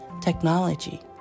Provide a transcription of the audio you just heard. technology